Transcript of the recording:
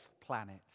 planet